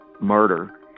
murder